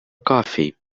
coffee